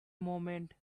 moment